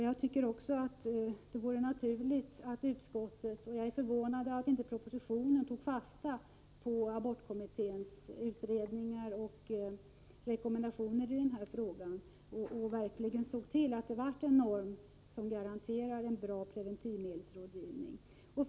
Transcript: Jag är förvånad över att man inte i propositionen har tagit fasta på abortkommitténs utredningar och rekommendationer i denna fråga och verkligen skapat en norm, som garanterar en bra preventivmedelsrådgivning.